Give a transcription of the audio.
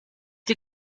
die